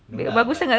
no lah but